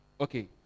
okay